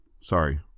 Sorry